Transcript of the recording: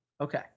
okay